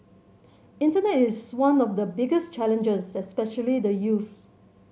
internet is one of the biggest challenges especially the youths